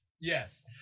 yes